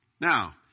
Now